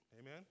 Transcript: Amen